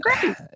great